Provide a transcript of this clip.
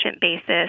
basis